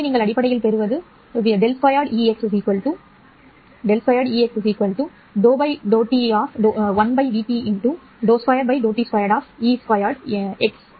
எனவே நீங்கள் அடிப்படையில் பெறுவது V2Ex v 1p ∂∂t2E2 x